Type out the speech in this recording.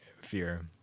fear